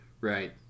Right